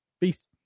Peace